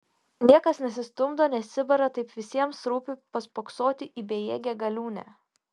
niekas nesistumdo nesibara taip visiems rūpi paspoksoti į bejėgę galiūnę